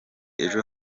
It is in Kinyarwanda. ejo